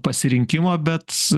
pasirinkimo bet